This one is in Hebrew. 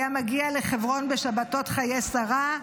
היה מגיע לחברון בשבתות חיי שרה.